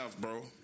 bro